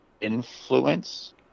influence